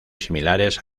similares